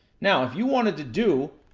now, if you wanted to do,